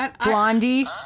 Blondie